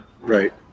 Right